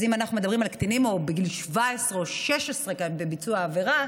אז אם אנחנו מדברים על קטינים בגיל 17 או 16 בביצוע העבירה,